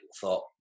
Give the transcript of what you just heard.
thought